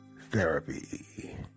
therapy